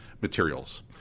materials